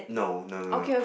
no no no no